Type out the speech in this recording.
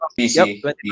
PC